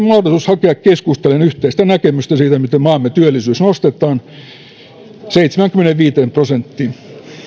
mahdollisuus hakea keskustellen yhteistä näkemystä siitä miten maamme työllisyys nostetaan seitsemäänkymmeneenviiteen prosenttiin